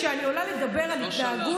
כשאני עולה לדבר על התנהגות,